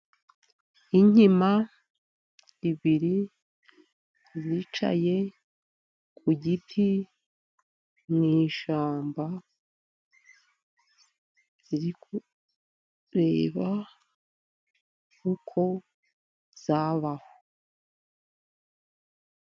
Inkima ebyiri zicaye ku giti mu ishyamba ziri kureba uko zabaho.